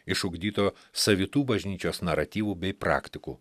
išugdyto savitų bažnyčios naratyvų bei praktikų